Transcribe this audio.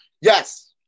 Yes